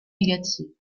négative